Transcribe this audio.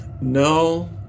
No